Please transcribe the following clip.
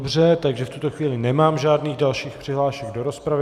Dobře, takže v tuto chvíli nemám žádných dalších přihlášek do rozpravy.